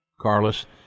Carlos